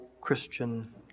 Christian